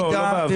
לא באוויר.